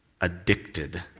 addicted